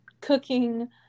cooking